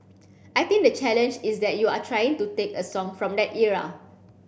I think the challenge is that you are trying to take a song from that era